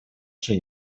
czy